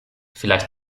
vielleicht